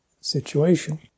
situation